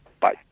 Bye